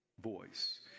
voice